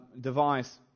device